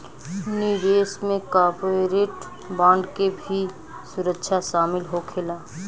निवेश में corporate bond के भी सुरक्षा शामिल होखेला